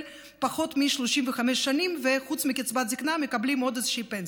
פחות מ-35 שנים וחוץ מקצבת זקנה מקבלים עוד איזושהי פנסיה.